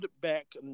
back